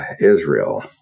Israel